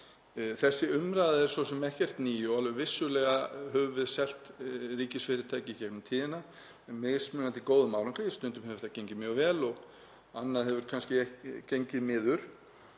Þessi umræða er svo sem ekkert ný og vissulega höfum við selt ríkisfyrirtæki í gegnum tíðina með misgóðum árangri. Stundum hefur það gengið mjög vel og annað hefur gengið miður